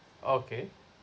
okay